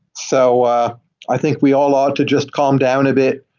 so i think we all ought to just calm down a bit,